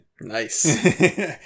Nice